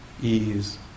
ease